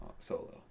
Solo